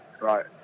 Right